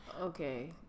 Okay